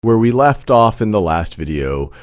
where we left off in the last video,